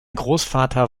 großvater